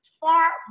far